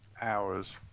hours